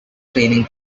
training